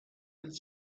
del